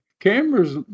cameras